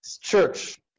church